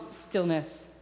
stillness